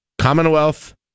commonwealth